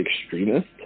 extremist